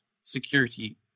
security